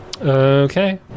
Okay